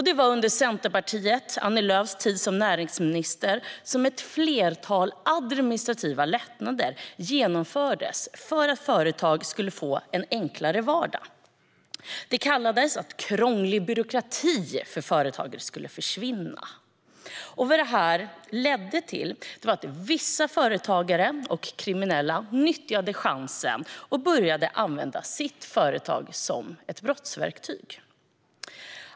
Det var under Centerpartiet, under Annie Lööfs tid som näringsminister, som ett flertal administrativa lättnader genomfördes för att företag skulle få en enklare vardag. Det hette att krånglig byråkrati för företagare skulle försvinna. Vad det ledde till var att vissa företagare och kriminella nyttjade chansen och började använda sina företag som brottsverktyg.